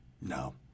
No